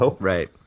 Right